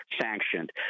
sanctioned